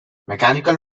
mechanical